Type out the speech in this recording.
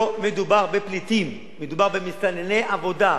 לא מדובר בפליטים, מדובר במסתנני עבודה.